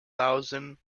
thousand